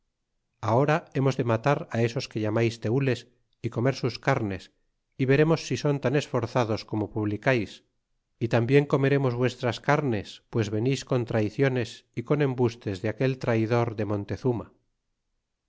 ahora hemos de matar á esos que llamais tenles y comer sus carnes y veremos si son tan esforzados como publicais y tambien comeremos vuestras carnes pues venis con traiciones y con embustes de aquel traidor de montezuma